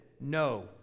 No